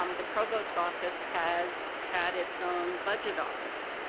um the provost's office has had its own budget office,